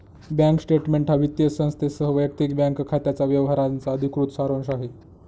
bank statement हा वित्तीय संस्थेसह वैयक्तिक बँक खात्याच्या व्यवहारांचा अधिकृत सारांश आहे